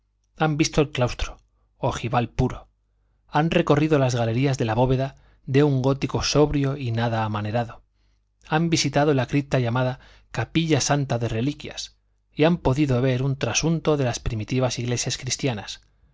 han visto el claustro ojival puro han recorrido las galerías de la bóveda de un gótico sobrio y nada amanerado han visitado la cripta llamada capilla santa de reliquias y han podido ver un trasunto de las primitivas iglesias cristianas